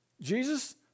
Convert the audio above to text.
Jesus